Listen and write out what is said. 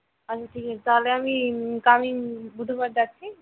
আচ্ছা ঠিক আছে তাহলে আমি কামিং বুধবার যাচ্ছি